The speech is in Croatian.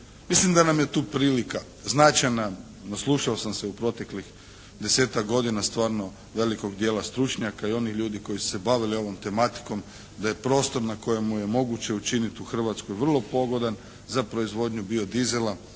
Mislim da nam je tu prilika značajna, naslušao sam se u proteklih desetak godina stvarno velikog dijela stručnjaka i onih ljudi koji su se bavili ovom tematikom da je prostor na kojem je moguće učiniti u Hrvatskoj vrlo pogodan za proizvodnju biodiesela